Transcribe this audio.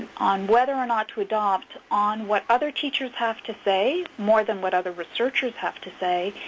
on whether or not to adopt on what other teachers have to say more than what other researchers have to say,